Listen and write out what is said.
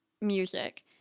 music